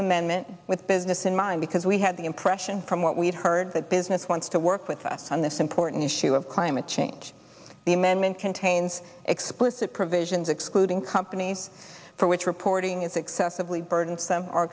amendment with business in mind because we had the impression from what we've heard that business wants to work with us on this important issue of climate change the amendment contains explicit provisions excluding company for which reporting is excessively burdensome